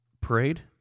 parade